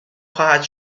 خواهد